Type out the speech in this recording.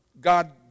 God